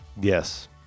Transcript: Yes